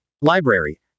Library